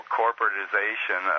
corporatization